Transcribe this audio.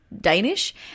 Danish